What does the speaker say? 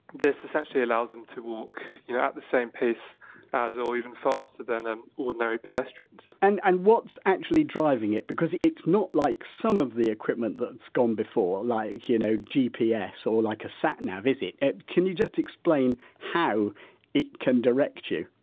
this essentially allows them to walk you know at the same pace as or even faster than ah ordinary pedestrians and and what's actually driving it because it's not like some of the equipment that's gone before, like you know gps or like a sat nav, is it, can you just explain how it can direct you?